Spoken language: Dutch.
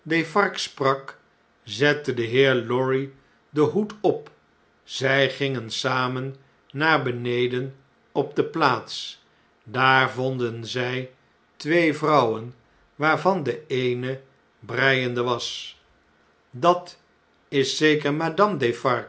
sprak zette de heer lorry den hoed op zij gingen samen naar beneden op de plaats daar vonden zij twee vrouwen waarvan de eene breiende was l at is zeker